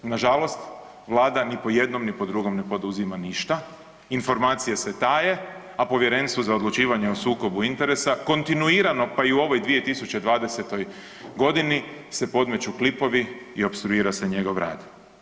Nažalost, vlada ni po jednom, ni po drugom ne poduzima ništa, informacije se taje, a Povjerenstvo za odlučivanje o sukobu interesa kontinuirano, pa i u ovoj 2020.g. se podmeću klipovi i opstruira se njegov rad.